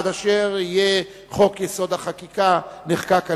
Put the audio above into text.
עד אשר יהיה חוק-יסוד: החקיקה נחקק על-ידינו,